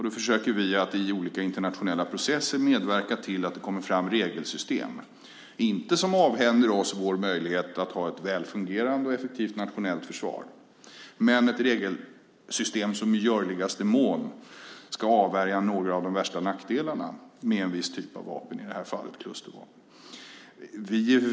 Då försöker vi i olika internationella processer medverka till att det kommer fram regelsystem, inte som avhänder oss vår möjlighet att ha ett väl fungerande och effektivt nationellt försvar, men som i görligaste mån avvärjer några av de värsta nackdelarna med en viss typ av vapen, i det här fallet klustervapen.